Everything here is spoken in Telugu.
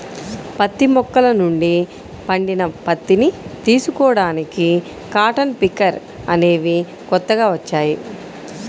పత్తి మొక్కల నుండి పండిన పత్తిని తీసుకోడానికి కాటన్ పికర్ అనేవి కొత్తగా వచ్చాయి